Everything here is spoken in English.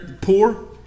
poor